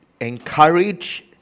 encourage